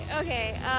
Okay